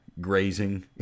grazing